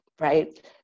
right